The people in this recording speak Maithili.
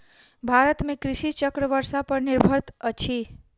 भारत में कृषि चक्र वर्षा पर निर्भर अछि